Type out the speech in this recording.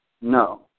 No